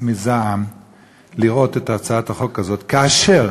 מזעם לראות את הצעת החוק הזאת, כאשר